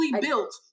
built